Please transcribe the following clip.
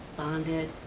bonded,